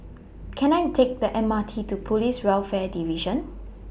Can I Take The M R T to Police Welfare Division